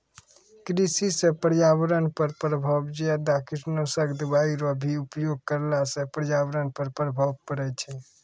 कृषि से पर्यावरण पर प्रभाव ज्यादा कीटनाशक दवाई रो भी उपयोग करला से पर्यावरण पर प्रभाव पड़ै छै